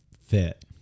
fit